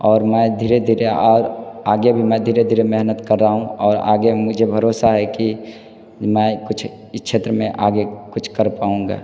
और मैं धीरे धीरे और आगे भी मैं धीरे धीरे मेहनत कर रहा हूँ और आगे मुझे भरोसा है कि मैं कुछ इस क्षेत्र में आगे कुछ कर पाऊंगा